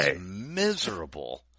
miserable